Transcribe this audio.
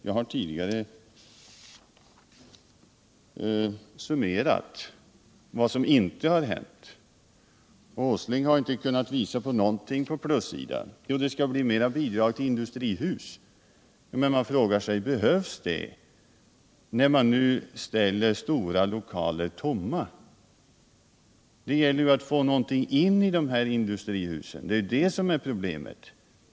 Jag har tidigare summerat vad som inte har hänt, och Nils Åsling har inte kunnat visa någonting på plussidan. Jo, det skall bli mera bidrag till industrihus, men man frågar sig om det behövs när nu stora lokaler ställs tomma. Det gäller ju att få någonting in i industrihusen — det är det som är problemet.